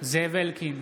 זאב אלקין,